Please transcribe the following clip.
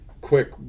Quick